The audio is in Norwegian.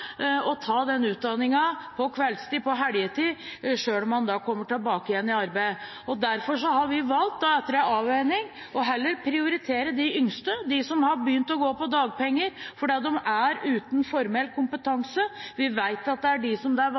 ta den utdanningen på kveldstid eller i helgene, selv om en da kommer tilbake i arbeid. Derfor har vi valgt, etter en avveiing, heller å prioritere de yngste, de som har begynt å gå på dagpenger, fordi de er uten formell kompetanse. Vi vet at det er